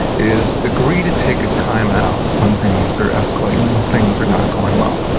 is agree to take a time-out when things are escalating, when things are not going well